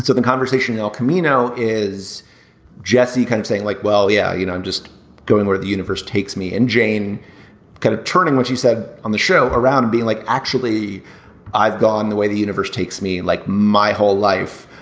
so the conversation el camino is jesse comes kind of saying like well yeah you know i'm just going where the universe takes me and jane kind of turning what you said on the show around and being like actually i've gone the way the universe takes me like my whole life.